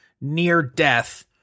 near-death